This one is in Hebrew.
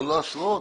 לא עשרות.